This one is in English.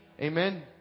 Amen